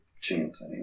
chance